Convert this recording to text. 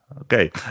okay